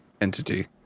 entity